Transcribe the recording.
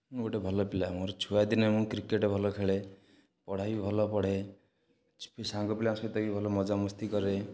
ମୁଁ ଗୋଟେ ଭଲ ପିଲା ମୋର ଛୁଆ ଦିନେ ମୁଁ କ୍ରିକେଟ୍ ଭଲ ଖେଳେ ପଢ଼ା ବି ଭଲ ପଢ଼େ ସାଙ୍ଗ ପିଲାଙ୍କ ସହିତ ବି ଭଲ ମଜା ମସ୍ତି କରେ